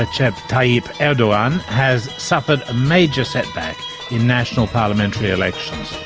ah tayyip tayyip erdogan, has suffered a major setback in national parliamentary elections.